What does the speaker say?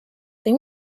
they